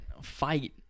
fight